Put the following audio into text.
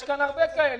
יש כאן הרבה כאלה.